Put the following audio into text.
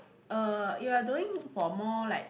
uh you are doing for more like